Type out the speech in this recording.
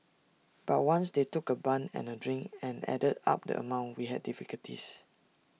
but once they took A bun and A drink and added up the amount we had difficulties